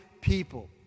people